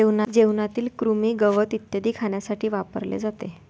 जेवणातील कृमी, गवत इत्यादी खाण्यासाठी वापरले जाते